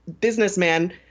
businessman